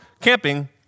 camping